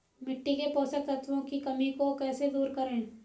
मिट्टी के पोषक तत्वों की कमी को कैसे दूर करें?